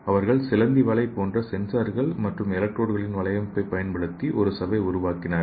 அவர்கள் சிலந்தி வலை போன்ற சென்சார்கள் மற்றும் எலக்ட்ரோடுகளின் வலையமைப்பைப் பயன்படுத்தி ஒரு சவ்வை உருவாக்கினார்கள்